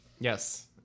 yes